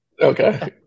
Okay